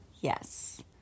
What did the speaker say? Yes